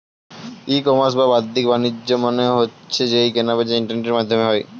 ই commerce বা বাদ্দিক বাণিজ্য মানে হচ্ছে যেই কেনা বেচা ইন্টারনেটের মাধ্যমে হয়